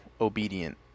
obedient